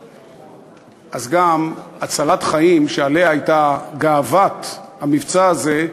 אז גם הצלת חיים, שעליה הייתה גאוות המבצע הזה,